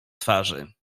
twarzy